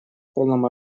полном